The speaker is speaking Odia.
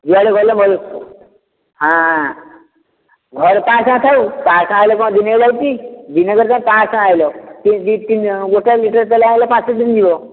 ଯୁଆଡ଼େ ଗଲେ ହାଁ ଘରେ ପାଞ୍ଚଶହ ଟଙ୍କା ଥାଉ ପାଞ୍ଚଶହ ଟଙ୍କା ହେଲେ କ'ଣ ଦିନେ ଯାଉଛି ଦିନକରେ ତ ପାଞ୍ଚଶହ ଟଙ୍କା ଆଣିଲ ଦୁଇ ତିନି ଜଣ ଗୋଟେ ଲିଟର୍ ତେଲ ଆଣିଲେ ପାଞ୍ଚ ଦିନ ଯିବ